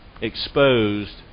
exposed